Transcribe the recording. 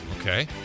okay